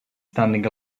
standing